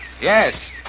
Yes